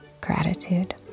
gratitude